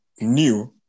new